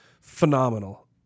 phenomenal